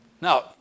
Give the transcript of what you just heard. Now